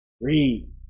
Read